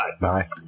Bye